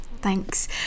thanks